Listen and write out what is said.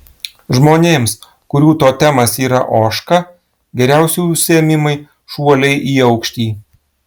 žmonėms kurių totemas yra ožka geriausi užsiėmimai šuoliai į aukštį